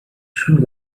sure